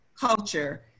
culture